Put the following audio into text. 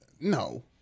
No